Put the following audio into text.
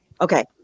okay